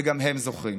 וגם הם זוכרים.